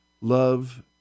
love